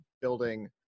building